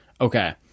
Okay